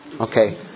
Okay